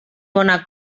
bona